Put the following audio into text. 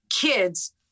kids